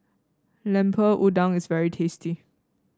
Lemper Udang is very tasty